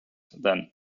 then